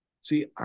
See